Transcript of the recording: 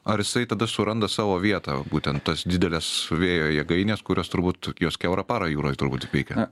ar jisai tada suranda savo vietą būtent tas dideles vėjo jėgainės kurios turbūt jos kiaurą parą jūroj turbūt veikia